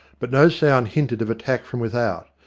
but no sound hinted of attack from without,